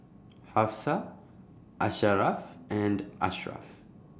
Hafsa Asharaff and Ashraff